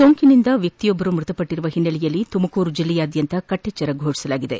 ಸೋಂಕಿನಿಂದ ವ್ಯಕ್ತಿಯೊಬ್ಬರು ಮೃತಪಟ್ಟರುವ ಹಿನ್ನೆಲೆಯಲ್ಲಿ ತುಮಕೂರು ಜಿಲ್ಲೆಯಾದ್ಯಂತ ಕಟ್ಟೆಚ್ಚರ ಘೋಷಿಸಲಾಗಿದೆ